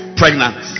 pregnant